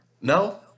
no